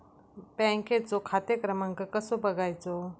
बँकेचो खाते क्रमांक कसो बगायचो?